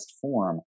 form